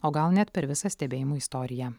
o gal net per visą stebėjimų istoriją